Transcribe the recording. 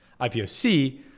IPOC